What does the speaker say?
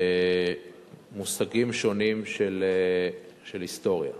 במושגים שונים של היסטוריה.